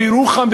בירוחם,